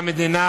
והמדינה